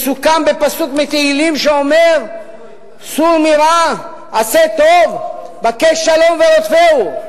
מסוכם בפסוק מתהילים שאומר "סור מרע ועשה טוב בקש שלום ורדפהו".